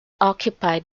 occupied